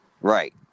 Right